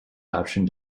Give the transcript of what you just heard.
option